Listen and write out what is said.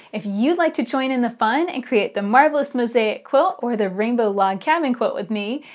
if you'd like to join in the fun and create the marvelous mosaic quilt or the rainbow log cabin quilt with me,